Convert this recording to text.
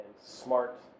smart